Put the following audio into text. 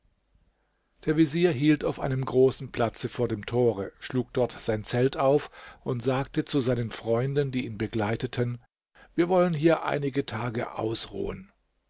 der vezier hielt auf einem großen platze vor dem tore schlug dort sein zelt auf und sagte zu seinen freunden die ihn begleiteten wir wollen hier einige tage ausruhen